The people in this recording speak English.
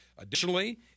Additionally